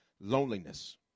Loneliness